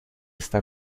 está